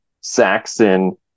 Saxon